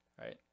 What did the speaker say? right